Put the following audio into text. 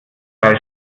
brei